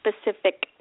specific